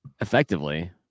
Effectively